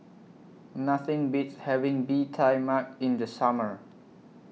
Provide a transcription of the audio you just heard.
Nothing Beats having Bee Tai Mak in The Summer